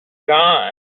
gone